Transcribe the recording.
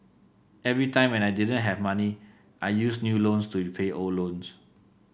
every time when I didn't have money I used new loans to repay old loans